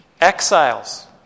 exiles